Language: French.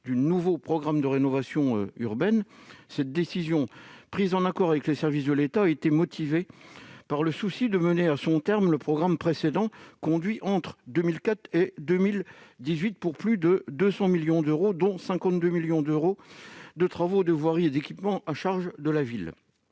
du nouveau programme national de rénovation urbaine (NPNRU). Cette décision, prise en accord avec les services de l'État, était motivée par le souci de mener à son terme le programme précédent, conduit entre 2004 et 2018 pour plus de 200 millions d'euros, dont 52 millions d'euros de travaux de voirie et d'équipements, à la charge de la ville.